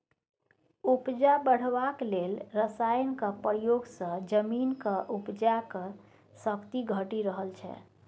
उपजा बढ़ेबाक लेल रासायनक प्रयोग सँ जमीनक उपजाक शक्ति घटि रहल छै